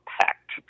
Pact